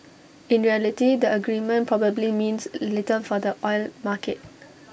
in reality the agreement probably means little for the oil market